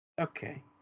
Okay